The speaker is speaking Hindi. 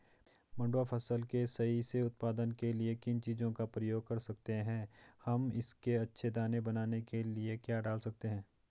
मंडुवा फसल के सही से उत्पादन के लिए किन चीज़ों का प्रयोग कर सकते हैं हम इसके अच्छे दाने बनाने के लिए क्या डाल सकते हैं?